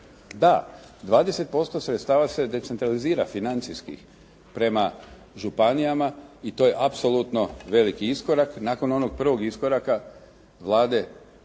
da 20% sredstava se decentralizira financijskih prema županijama i to je apsolutno veliki iskorak nakon onog prvog iskoraka Vlade